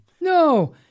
No